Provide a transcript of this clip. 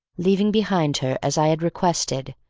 leaving behind her as i had requested,